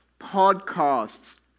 podcasts